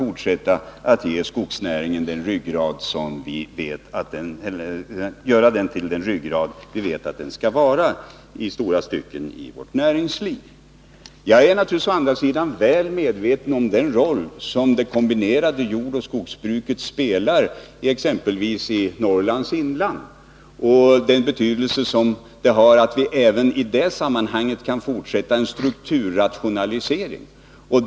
| Jag är naturligtvis å andra sidan väl medveten om den roll som det kombinerade jordoch skogsbruket spelar exempelvis i Norrlands inland och den betydelse som det har att även i det sammanhanget fortsätta en | strukturrationalisering.